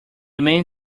man